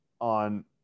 on